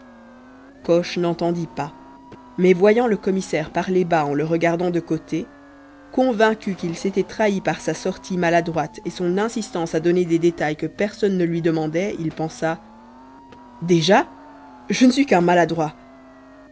coche n'entendit pas mais voyant le commissaire parler bas en le regardant de côté convaincu qu'il s'était trahi par sa sortie maladroite et son insistance à donner des détails que personne ne lui demandait il pensa déjà je ne suis qu'un maladroit